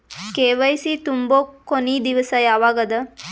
KYC ತುಂಬೊ ಕೊನಿ ದಿವಸ ಯಾವಗದ?